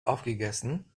aufgegessen